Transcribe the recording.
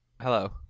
Hello